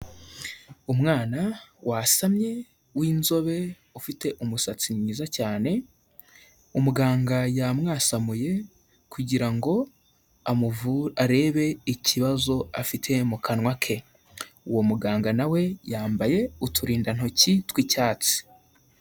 Umwana wasamye w'inzobe ufite umusatsi mwiza cyane, umuganga yamwasamuye kugira ngo arebe ikibazo afite mu kanwa ke, uwo muganga na we yambaye uturindantoki tw'icyatsi.